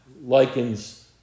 likens